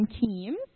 teams